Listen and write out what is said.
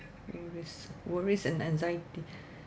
worries worries and anxiety